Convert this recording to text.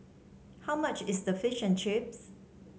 how much is Fish and Chips